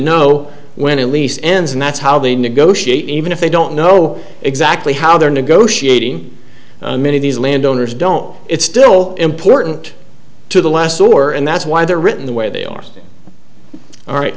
know when a lease ends and that's how they negotiate even if they don't know exactly how they're negotiating many of these landowners don't it's still important to the last or and that's why they're written the way they are all right